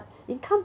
income